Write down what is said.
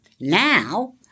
Now